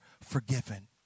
forgiven